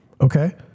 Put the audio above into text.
okay